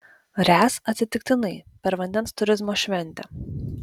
ręs atsitiktinai per vandens turizmo šventę